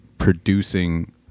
producing